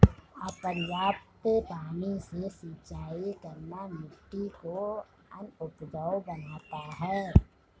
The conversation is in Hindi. अपर्याप्त पानी से सिंचाई करना मिट्टी को अनउपजाऊ बनाता है